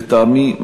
לטעמי,